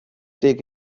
dig